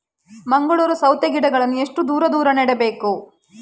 ಮಂಗಳೂರು ಸೌತೆ ಗಿಡಗಳನ್ನು ಎಷ್ಟು ದೂರ ದೂರ ನೆಡಬೇಕು?